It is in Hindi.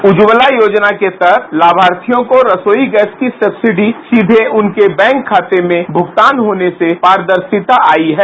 उज्ज्वला योजना के तहत लाभार्थियों को रसोई गैस की सब्सिडी सीधे उनके बैंक खाते में भुगतान होने से भुगतान में पारदर्शिता आयी है